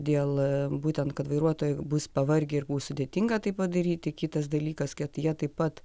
dėl būtent kad vairuotojai bus pavargę ir bus sudėtinga tai padaryti kitas dalykas kad jie taip pat